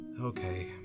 Okay